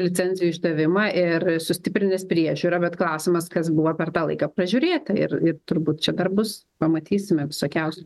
licencijų išdavimą ir sustiprinęs priežiūrą bet klausimas kas buvo per tą laiką pražiūrėta ir ir turbūt čia dar bus pamatysime visokiausių